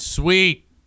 Sweet